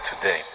today